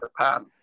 Japan